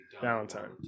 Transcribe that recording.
Valentine